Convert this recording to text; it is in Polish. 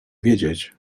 wiedzieć